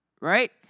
right